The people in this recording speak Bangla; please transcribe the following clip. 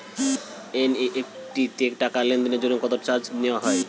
এন.ই.এফ.টি তে টাকা লেনদেনের জন্য কত চার্জ নেয়া হয়?